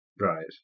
Right